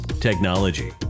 technology